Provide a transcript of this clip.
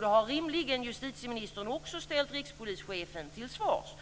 Då har justitieministern rimligen också ställt rikspolischefen till svars.